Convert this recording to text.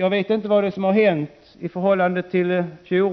Jag vet inte vad det är som har hänt sedan i fjol